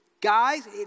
guys